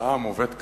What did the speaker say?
שההצעה המובאת כאן,